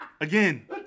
Again